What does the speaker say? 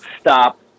stop